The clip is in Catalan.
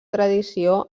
tradició